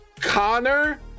Connor